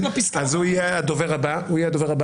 הוא יהיה הדובר הבא.